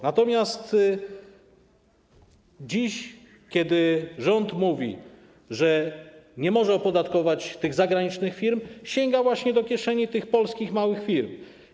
Natomiast dziś, kiedy rząd mówi, że nie może opodatkować tych zagranicznych firm, sięga właśnie do kieszeni tych polskich małych firm.